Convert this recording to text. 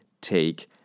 take